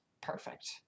perfect